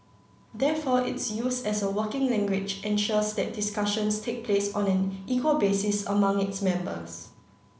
therefore its use as a working language ensures that discussions take place on an equal basis among its members